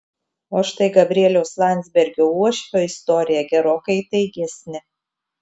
o štai gabrieliaus landsbergio uošvio istorija gerokai įtaigesnė